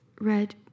Red